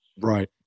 Right